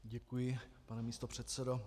Děkuji, pane místopředsedo.